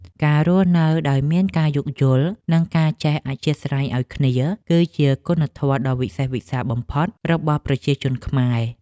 ការរស់នៅដោយមានការយោគយល់ និងការចេះអធ្យាស្រ័យឱ្យគ្នា គឺជាគុណធម៌ដ៏វិសេសវិសាលបំផុតរបស់ប្រជាជនខ្មែរ។